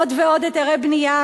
עוד ועוד היתרי בנייה,